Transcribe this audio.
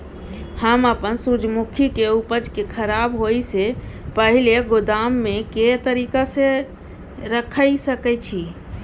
हम अपन सूर्यमुखी के उपज के खराब होयसे पहिले गोदाम में के तरीका से रयख सके छी?